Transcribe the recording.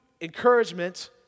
encouragement